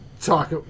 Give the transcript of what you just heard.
talk